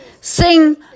Sing